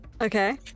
Okay